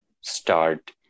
start